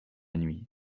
nuit